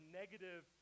negative